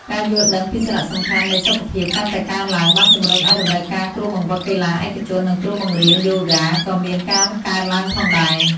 ការយល់ដឹងពីសារៈសំខាន់នៃសុខភាពកាន់តែកើនឡើង បានជំរុញឱ្យតម្រូវការគ្រូបង្វឹកកីឡាឯកជននិងគ្រូបង្រៀនយូហ្គាក៏មានការកើនឡើងផងដែរ។